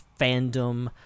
fandom